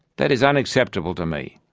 that is unacceptable to me.